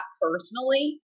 personally